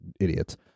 idiots